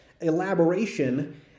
elaboration